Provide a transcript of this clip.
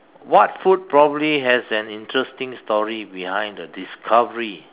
what food probably has an interesting story behind the discovery